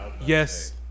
yes